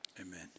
amen